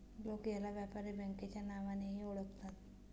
लोक याला व्यापारी बँकेच्या नावानेही ओळखतात